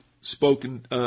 spoken